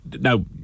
now